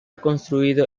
construido